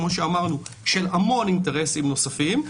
כמו שאמרנו של המון אינטרסים נוספים.